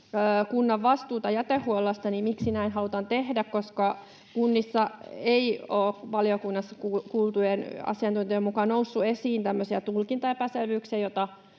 kunnan vastuuta jätehuollosta, koska kunnissa ei ole valiokunnassa kuultujen asiantuntijoiden mukaan noussut esiin tämmöisiä tulkintaepäselvyyksiä, joita